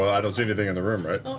i don't see anything in the room, right?